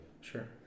sure